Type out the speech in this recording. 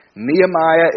Nehemiah